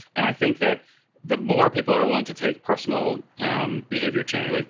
and i think that the more people are willing to take personal um behavior change, like